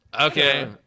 Okay